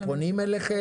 אבל פונים אליכם?